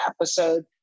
episode